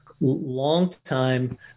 longtime